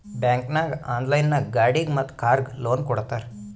bank ನಾಗ್ online ನಾಗ್ ಗಾಡಿಗ್ ಮತ್ ಕಾರ್ಗ್ ಲೋನ್ ಕೊಡ್ತಾರ್